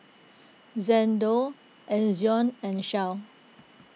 Xndo Ezion and Shell